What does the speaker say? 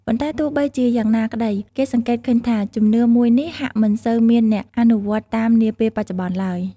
ប៉ុន្តែទោះបីជាយ៉ាងណាក្តី គេសង្កេតឃើញថា ជំនឿមួយនេះហាក់មិនសូវមានអ្នកអនុវត្តន៏តាមនាពេលបច្ចុប្បន្នឡើយ។